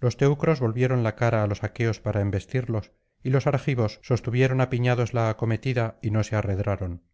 los teucros volvieron la cara á los aqueos para embestirlos y los argivos sostuvieron apiñados la acometida y no se arredraron